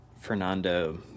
Fernando